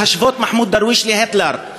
להשוות את מחמוד דרוויש להיטלר,